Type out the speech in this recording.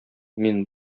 мин